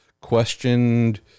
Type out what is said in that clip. questioned